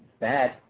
bad